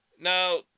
Now